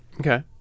Okay